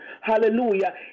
Hallelujah